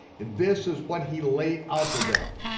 this is what he laid out to them.